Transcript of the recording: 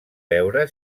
veure